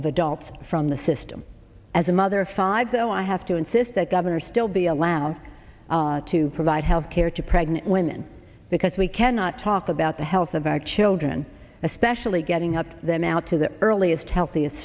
adults from the system as a mother of five so i have to insist that gov still be allowed to provide health care to pregnant women because we cannot talk about the health of our children especially getting up them out to the earliest healthiest